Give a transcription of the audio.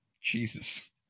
Jesus